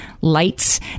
lights